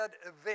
event